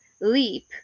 leap